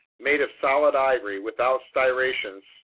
made of solid ivory, without striations,